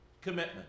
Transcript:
commitment